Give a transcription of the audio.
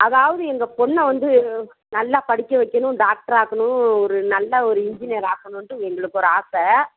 அதாவது எங்கள் பொண்ணை வந்து நல்லா படிக்க வைக்கணும் டாக்ட்ரு ஆக்கணும் ஒரு நல்ல ஒரு இன்ஜினியர் ஆக்கணுன்ட்டு எங்களுக்கு ஒரு ஆசை